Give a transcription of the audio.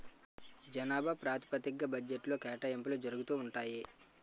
జనాభా ప్రాతిపదిగ్గా బడ్జెట్లో కేటాయింపులు జరుగుతూ ఉంటాయి